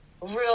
real